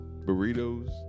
burritos